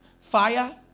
fire